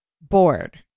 bored